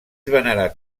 venerat